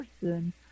person